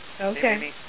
Okay